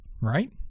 right